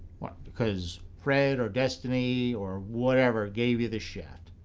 what, because fred or destiny or whatever gave you the shaft.